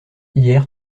hier